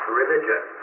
religion